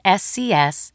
scs